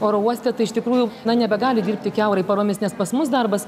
oro uoste tai iš tikrųjų na nebegali dirbti kiaurai paromis nes pas mus darbas